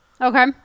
Okay